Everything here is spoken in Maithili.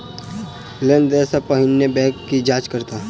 लोन देय सा पहिने बैंक की जाँच करत?